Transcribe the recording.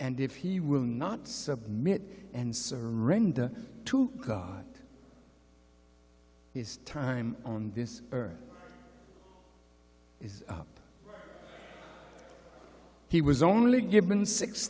and if he will not submit and surrender to god his time on this earth is up he was only given six